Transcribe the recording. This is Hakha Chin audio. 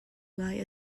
ngai